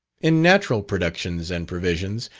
in natural productions and provisions,